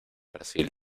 brasil